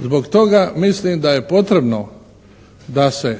Zbog toga mislim da je potrebno da se